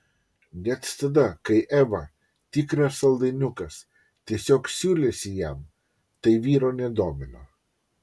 net tada kai eva tikras saldainiukas tiesiog siūlėsi jam tai vyro nedomino